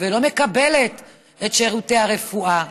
ולא מקבלת את שירותי הרפואה?